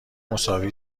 مساوی